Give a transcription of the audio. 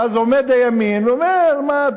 ואז עומד הימין ואומר: מה,